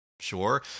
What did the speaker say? Sure